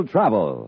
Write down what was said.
Travel